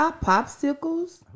popsicles